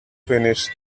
finished